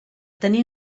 tenir